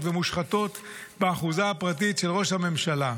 ומושחתות באחוזה הפרטית של ראש הממשלה.